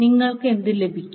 നിങ്ങൾക്ക് എന്ത് ലഭിക്കും